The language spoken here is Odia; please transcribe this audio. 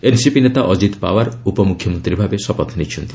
ଏନ୍ସିପି ନେତା ଅଜିତ ପାୱାର ଉପମୁଖ୍ୟମନ୍ତ୍ରୀ ଭାବେ ଶପଥ ନେଇଛନ୍ତି